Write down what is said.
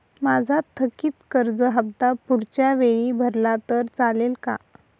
माझा थकीत कर्ज हफ्ता पुढच्या वेळी भरला तर चालेल का?